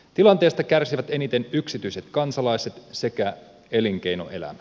tilanteesta kärsivät eniten yksityiset kansalaiset sekä elinkeinoelämä